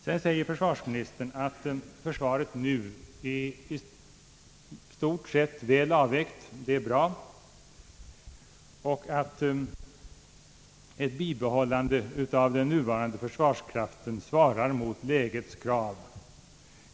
Vidare yttrar försvarsministern att försvaret nu i stort sett är väl avvägt och att ett bibehållande av den nuvarande försvarskraften svarar mot lägets krav.